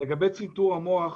לגבי צנתור המוח,